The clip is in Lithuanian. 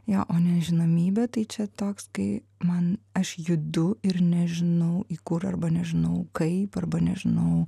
jo o nežinomybė tai čia toks kai man aš judu ir nežinau į kur arba nežinau kaip arba nežinau